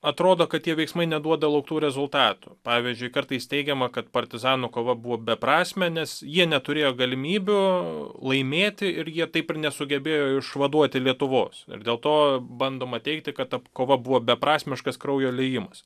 atrodo kad tie veiksmai neduoda lauktų rezultatų pavyzdžiui kartais teigiama kad partizanų kova buvo beprasmė nes jie neturėjo galimybių laimėti ir jie taip ir nesugebėjo išvaduoti lietuvos ir dėl to bandoma teigti kad ta kova buvo beprasmiškas kraujo liejimas